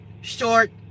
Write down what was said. short